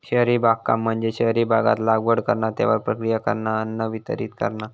शहरी बागकाम म्हणजे शहरी भागात लागवड करणा, त्यावर प्रक्रिया करणा, अन्न वितरीत करणा